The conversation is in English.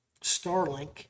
Starlink